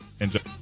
Enjoy